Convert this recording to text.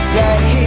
day